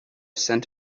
scent